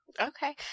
Okay